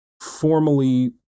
formally